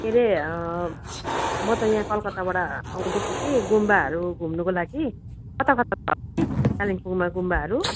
के हरे म त यहाँ कलकत्ताबाट आउँदैछु कि गुम्बाहरू घुम्नुको लागि कता कता छ होला है कालिम्पोङमा गुम्बाहरू